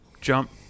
jump